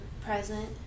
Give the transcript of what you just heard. present